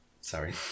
Sorry